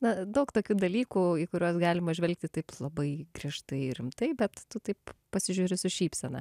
na daug tokių dalykų į kuriuos galima žvelgti taip labai griežtai ir rimtai bet tu taip pasižiūri su šypsena